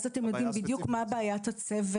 אז אתם יודעים בדיוק מה בעיית הצוות,